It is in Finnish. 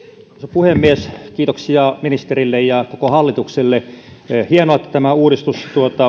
puhemies kiitoksia ministerille ja koko hallitukselle hienoa että tämä uudistus